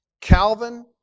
Calvin